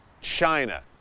China